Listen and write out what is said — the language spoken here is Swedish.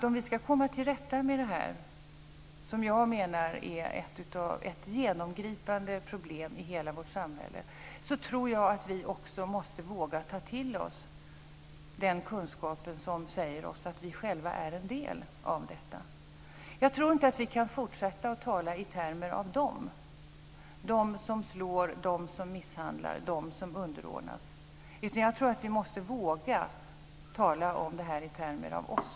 Om vi ska komma till rätta med det här, som jag menar är ett genomgripande problem i hela vårt samhälle, tror jag vi också måste våga ta till oss den kunskap som säger att vi själva är en del av detta. Jag tror inte att vi kan fortsätta att tala i termer av "dom som slår", "dom som misshandlar", "dom som underordnas", utan jag tror att vi måste våga tala om detta i termer av "oss".